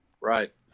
Right